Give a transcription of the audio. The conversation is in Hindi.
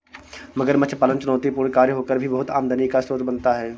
मगरमच्छ पालन चुनौतीपूर्ण कार्य होकर भी बहुत आमदनी का स्रोत बनता है